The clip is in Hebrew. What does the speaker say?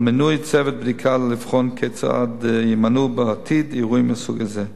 על מינוי צוות בדיקה לבחון כיצד יימנעו בעתיד אירועים מהסוג הזה.